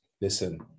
Listen